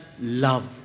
love